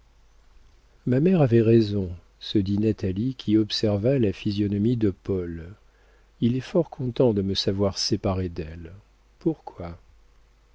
ma mère avait raison se dit natalie qui observa la physionomie de paul il est fort content de me savoir séparée d'elle pourquoi